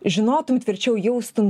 žinotum tvirčiau jaustum